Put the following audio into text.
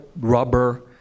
rubber